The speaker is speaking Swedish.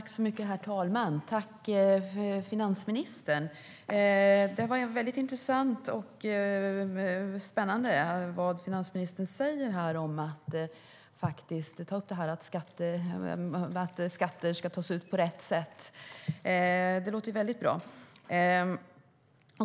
Herr talman! Tack finansministern! Det som finansministern säger här om att skatter ska tas ut på rätt sätt låter väldigt bra.